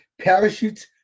Parachutes